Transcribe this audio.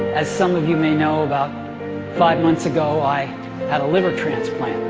as some of you may know about five months ago i had a liver transplant